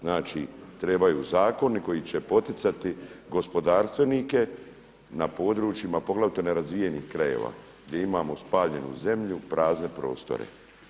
Znači trebaju zakoni koji će poticati gospodarstvenike na područjima poglavito nerazvijenih krajeva gdje imamo spaljenu zemlju, prazne prostore.